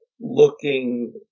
looking